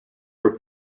were